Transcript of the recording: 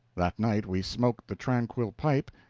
that night we smoked the tranquil pipe,